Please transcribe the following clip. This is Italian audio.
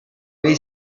bay